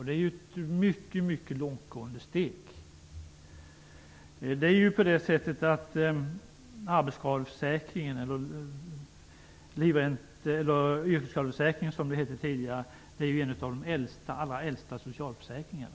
Det är ett mycket mycket långtgående steg. Arbetsskadeförsäkringen, eller yrkesskadeförsäkringen som det hette tidigare, är ju en av de allra äldsta socialförsäkringarna.